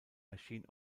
erschien